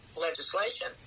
legislation